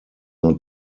not